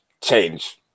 change